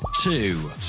Two